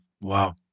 wow